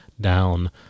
down